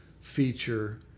feature